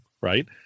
right